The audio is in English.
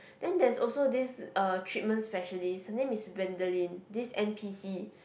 then there's also this uh treatment specialist her name is Gwendolyn this M_P_C